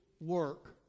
work